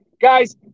Guys